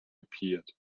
appeared